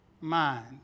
mind